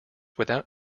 without